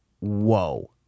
Whoa